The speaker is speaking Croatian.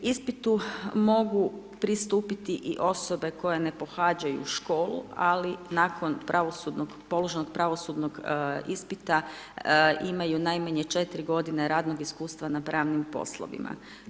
Ispitu mogu pristupiti i osobe koje ne pohađaju školu, ali nakon položenog pravosudnog ispita imaju najmanje 4 godine radnog iskustava na pravim poslovima.